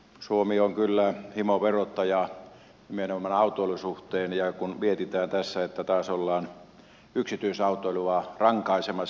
suomi on kyllä himoverottaja nimenomaan autoilun suhteen ja kun mietitään tässä niin taas ollaan yksityisautoilua rankaisemassa